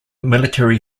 military